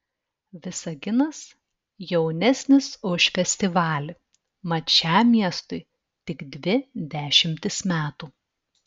visaginas jaunesnis už festivalį mat šiam miestui tik dvi dešimtys metų